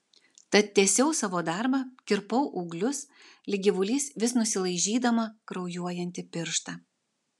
tad tęsiau savo darbą kirpau ūglius lyg gyvulys vis nusilaižydama kraujuojantį pirštą